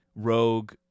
Rogue